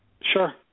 Sure